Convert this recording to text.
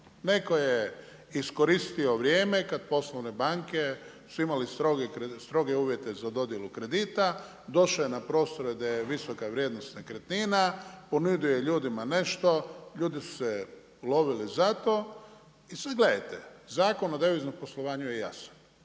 Neko je iskoristio vrijeme kada poslovne banke su imale stroge uvjete za dodjelu kredita, došlo je … da je visoka vrijednost nekretnina, ponudio je ljudima nešto, ljudi su se ulovili za to. I sada gledajte Zakon o deviznom poslovanju je jasan,